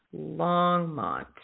Longmont